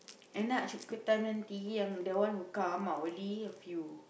end up petang the one who come are only a few